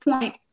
point